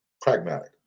pragmatic